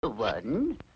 One